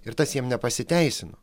ir tas jiems nepasiteisino